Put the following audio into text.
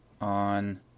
on